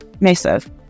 massive